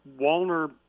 Walner